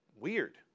weird